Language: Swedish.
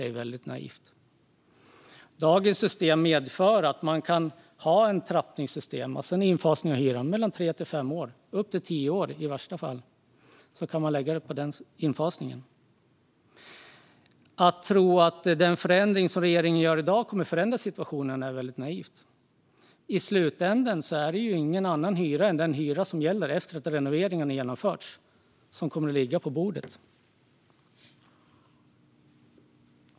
Dagens system medför nämligen att man kan ha ett trappningssystem och en infasning av hyran mellan tre och fem år, i värsta fall upp till tio år. Det är naivt att tro att den förändring som regeringen gör i dag kommer att förändra situationen. I slutändan är det ju ingen annan hyra än den som gäller efter renoveringen som kommer att ligga på bordet.